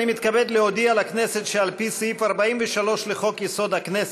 אני מתכבד להודיע לכנסת שעל פי סעיף 43 לחוק-יסוד: הכנסת,